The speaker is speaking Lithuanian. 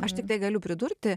aš tiktai galiu pridurti